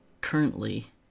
currently